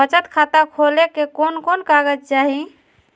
बचत खाता खोले ले कोन कोन कागज चाही?